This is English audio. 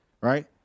Right